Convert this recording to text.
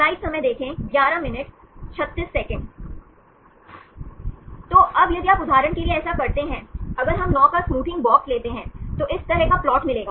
तो अब यदि आप उदाहरण के लिए ऐसा करते हैं अगर हम 9 का स्मूथिंग बॉक्स लेते हैं तो इस तरह का प्लॉट मिलेगा